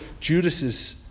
Judas's